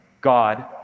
God